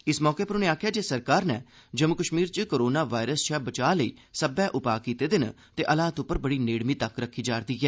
इस मौके उप्पर उनें आखेआ जे सरकार नै जम्मू कश्मीर च कारोना वायरस शा बचाव लेई सब्बै उपाय कीते दे न ते हालात उप्पर बड़ी नेड़मी तक्क रक्खी जा'रदी ऐ